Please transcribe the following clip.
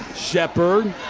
sheppard.